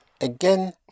Again